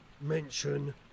mention